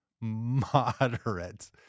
moderate